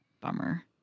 Bummer